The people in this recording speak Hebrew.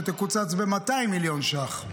שתקוצץ ב-200 מיליון ש"ח,